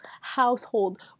household